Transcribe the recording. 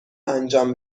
انجام